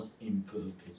imperfect